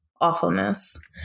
awfulness